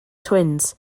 twins